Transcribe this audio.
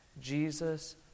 Jesus